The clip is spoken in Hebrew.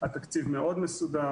התקציב מאוד מסודר.